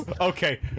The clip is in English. okay